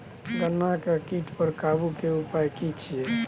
गन्ना के कीट पर काबू के उपाय की छिये?